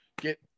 Get